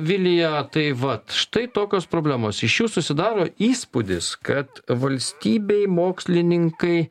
vilija tai vat štai tokios problemos iš jų susidaro įspūdis kad valstybei mokslininkai